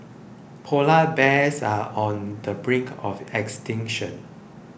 Polar Bears are on the brink of extinction